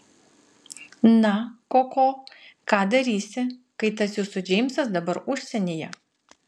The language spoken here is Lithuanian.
na koko ką darysi kai tas jūsų džeimsas dabar užsienyje